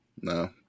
No